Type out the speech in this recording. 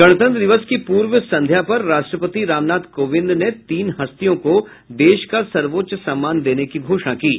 गणतंत्र दिवस की पूर्व संध्या पर राष्ट्रपति रामनाथ कोविंद ने तीन हस्तियों को देश का सर्वोच्च सम्मान देने की घोषणा की है